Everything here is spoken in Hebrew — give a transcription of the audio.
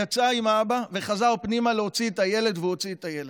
יצא עם האבא וחזר פנימה להוציא את הילד והוציא את הילד.